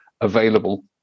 available